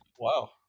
Wow